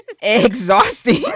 exhausting